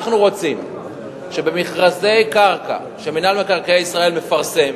אנחנו רוצים שבמכרזי קרקע שמינהל מקרקעי ישראל מפרסם,